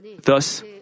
Thus